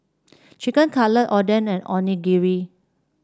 Chicken Cutlet Oden and Onigiri